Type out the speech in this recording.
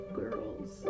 girls